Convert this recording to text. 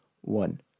one